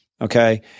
Okay